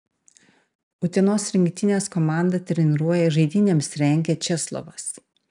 utenos rinktinės komandą treniruoja žaidynėms rengia česlovas